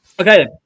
Okay